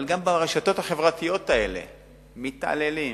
אבל גם ברשתות החברתיות האלה מתעללים,